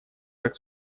как